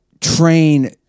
train